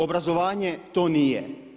Obrazovanje to nije.